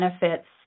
benefits